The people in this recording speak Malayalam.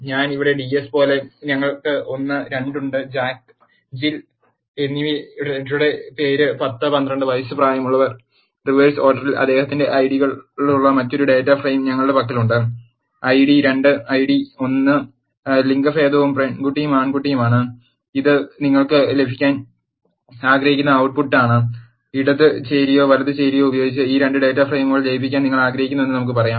ഞാൻ ഇവിടെ ds പോലെ ഞങ്ങൾക്ക് ഒന്ന് 2 ഉണ്ട് ജാക്ക് ജിൽ എന്നിവരുടെ പേര് 10 12 വയസ്സ് പ്രായമുള്ളവർ റിവേഴ്സ് ഓർഡറിൽ അദ്ദേഹത്തിന്റെ ഐഡികളുള്ള മറ്റൊരു ഡാറ്റാ ഫ്രെയിം ഞങ്ങളുടെ പക്കലുണ്ട് ഐഡി 2 ഐഡി 1 ഉം ലിംഗഭേദവും പെൺകുട്ടിയും ആൺകുട്ടിയുമാണ് ഇത് നിങ്ങൾക്ക് ലഭിക്കാൻ ആഗ്രഹിക്കുന്ന output ട്ട് പുട്ടാണ് ഇടത് ചേരിയോ വലത് ചേരിയോ ഉപയോഗിച്ച് ഈ 2 ഡാറ്റ ഫ്രെയിമുകൾ ലയിപ്പിക്കാൻ നിങ്ങൾ ആഗ്രഹിക്കുന്നുവെന്ന് നമുക്ക് പറയാം